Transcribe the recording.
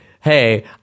hey